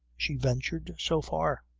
she ventured so far.